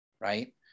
right